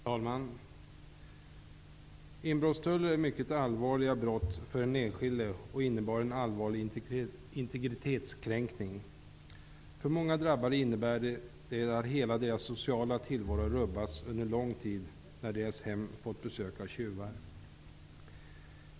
Herr talman! Inbrottsstölder är mycket allvarliga brott för den enskilde och innebär en allvarlig integritetskränkning. För många drabbade innebär det att hela deras sociala tillvaro rubbas under lång tid när deras hem fått besök av tjuvar.